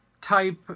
type